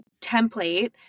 template